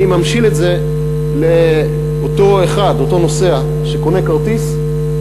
אני ממשיל את זה לאותו נוסע שקונה כרטיס,